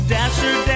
Dasher